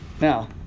Now